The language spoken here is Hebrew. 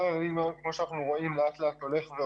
כמו שאנחנו רואים מספר הילדים הולך וגדל.